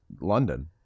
London